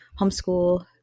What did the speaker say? homeschool